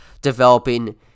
developing